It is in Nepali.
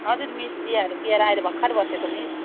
हजुर मिस चियाहरू पिएर अहिले भर्खर बसेको मिस